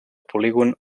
polígon